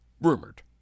Rumored